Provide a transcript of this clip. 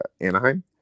Anaheim